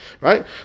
right